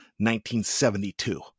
1972